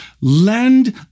lend